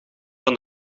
van